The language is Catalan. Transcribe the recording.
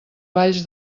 valls